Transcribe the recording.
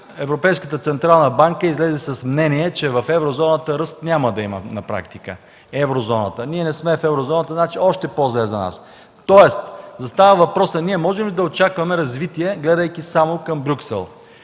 Европейската централна банка излезе с мнение, че в Еврозоната ръст няма да има на практика. Ние не сме в Еврозоната, значи още по-зле за нас. Тоест застава въпросът: можем ли да очакваме развитие, гледайки само към Брюксел?